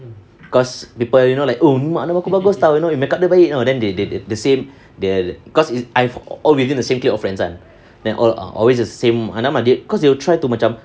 cause people you know like oh ni mak andam aku bagus [tau] you know your makeup dia baik then they they the same cause it's all within the same clique of friends [one] then al~ always the same mak andam cause they will try to macam